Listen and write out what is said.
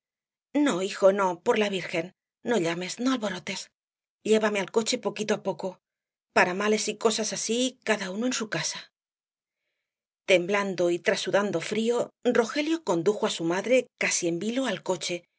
no hijo no por la virgen no llames no alborotes llévame al coche poquito á poco para males y cosas así cada uno en su casa temblando y trasudando frío rogelio condujo á su madre casi en vilo al coche